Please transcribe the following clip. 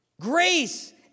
Grace